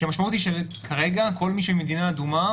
המשמעות היא כרגע שכל מי שמגיע ממדינה אדומה,